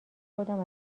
خودم